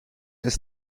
ist